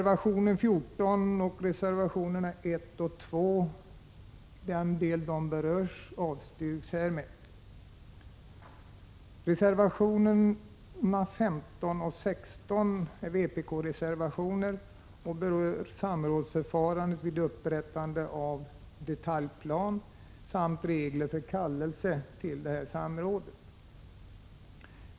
Vpk-reservationerna 15 och 16 berör samrådsförfarandet vid upprättande av detaljplan samt reglerna för kallelse till detta samråd.